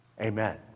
Amen